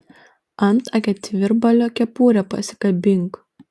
ant akėtvirbalio kepurę pasikabink